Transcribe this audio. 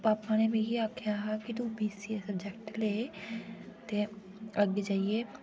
पापा ने मिगी आक्खेआ हा कि तूं बीसीए सब्जेक्ट लै ते अग्गें जाइयै